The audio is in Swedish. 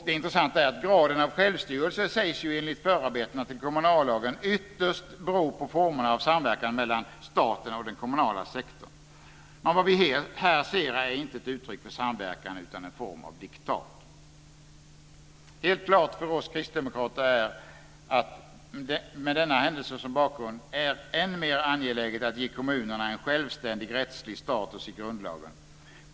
Det intressanta är att graden av självstyrelse, enligt förarbeten till kommunallagen, sägs ytterst bero på formerna för samverkan mellan staten och den kommunala sektorn. Men det vi här ser är inte ett uttryck för samverkan, utan en form av diktat. Helt klart för oss kristdemokrater är att det - med denna händelse som bakgrund - är än mer angeläget att ge kommunerna en självständig rättslig status i grundlagen.